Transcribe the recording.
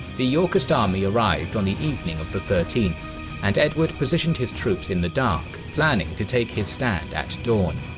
the yorkist army arrived on the evening of the thirteenth and edward positioned his troops in the dark, planning to take his stand at dawn.